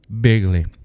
bigly